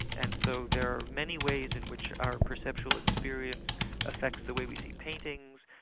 and so there are many ways in which our perceptual experience affects the way we see paintings,